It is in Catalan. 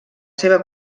seva